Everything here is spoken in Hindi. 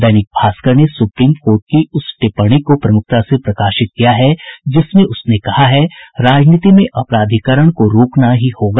दैनिक भास्कर ने सुप्रीम कोर्ट की उस टिप्पणी को प्रमुखता प्रकाशित किया है जिसमें उसने कहा है राजनीति में अपराधीकरण को रोकना ही होगा